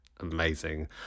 Amazing